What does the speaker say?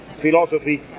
philosophy